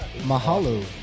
Mahalo